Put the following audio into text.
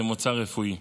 היא מוצר רפואי.